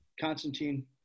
Constantine